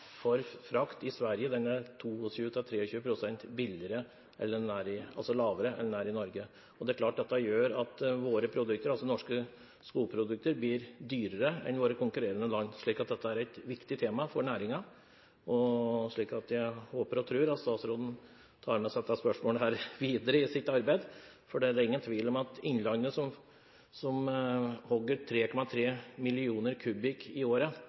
for frakt i Sverige er 22–23 pst. lavere enn den er i Norge. Det er klart dette gjør at våre produkter, altså norske skogprodukter, blir dyrere enn våre konkurrerende lands, så dette er et viktig tema for næringen. Jeg håper og tror at statsråden tar med seg dette spørsmålet videre i sitt arbeid, for det er ingen tvil om at de 3,3 mill. kubikk tømmer som innlandet hogger i året,